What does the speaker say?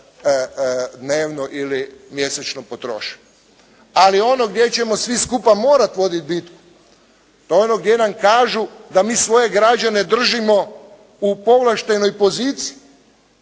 dnevno ili mjesečno potroše. Ali ono gdje ćemo svi skupa morati voditi bitku, da ono gdje nam kažu da mi svoje građane držimo u povlaštenoj poziciji,